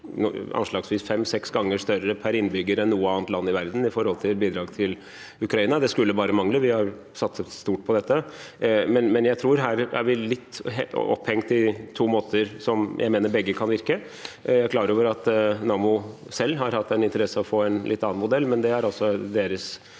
anslagsvis fem–seks ganger større per innbygger enn noe annet land i verden når det gjelder bidrag til Ukraina, og det skulle bare mangle, vi har satset stort på dette. Likevel tror jeg at vi her er litt opphengt i to måter som jeg mener begge kan virke. Jeg er klar over at Nammo selv har hatt en interesse av å få en litt annen modell, men det er altså det